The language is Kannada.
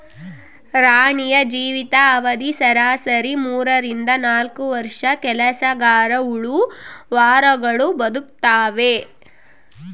ರಾಣಿಯ ಜೀವಿತ ಅವಧಿ ಸರಾಸರಿ ಮೂರರಿಂದ ನಾಲ್ಕು ವರ್ಷ ಕೆಲಸಗರಹುಳು ವಾರಗಳು ಬದುಕ್ತಾವೆ